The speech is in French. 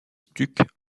stucs